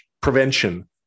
prevention